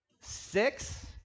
Six